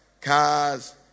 cars